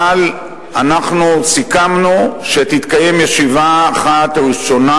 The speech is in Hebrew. אבל אנחנו סיכמנו שתתקיים ישיבה אחת ראשונה,